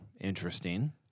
Interesting